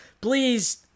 please